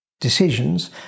decisions